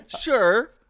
sure